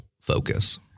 focus